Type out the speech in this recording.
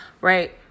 right